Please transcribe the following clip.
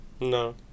No